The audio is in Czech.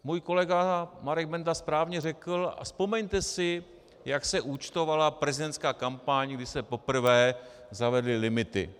Můj kolega Marek Benda správně řekl, a vzpomeňte si, jak se účtovala prezidentská kampaň, když se poprvé zavedly limity.